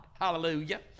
Hallelujah